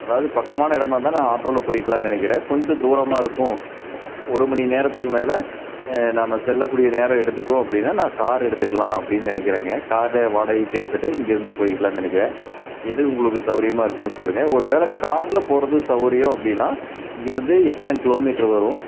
அதாவது பக்கமான இடமா இருந்தால் நான் ஆட்டோவில் போயிக்கலாம்னு நெனைக்கிறேன் கொஞ்சம் தூரமாக இருக்கும் ஒரு மணி நேரத்துக்கும் மேலே நாம் செல்லக்கூடிய நேரம் எடுத்துக்கும் அப்படின்னா நான் கார் எடுத்துக்கலாம் அப்படின்னு நெனைக்கிறேங்க காரு வாடகைக்கு எடுத்துகிட்டு இங்கேயிருந்து போயிக்கலாம்னு நெனைக்கிறேன் எது உங்களுக்கு சவுகரியமா இருக்குன்னு சொல்லுங்கள் ஒருவேளை காரில் போகிறது சவுகரியம் அப்படின்னா இங்கேருந்து எத்தனை கிலோமீட்ரு வரும்